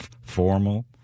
Formal